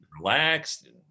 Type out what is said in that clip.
relaxed